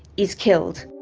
is killed.